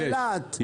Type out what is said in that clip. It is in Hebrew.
אילת,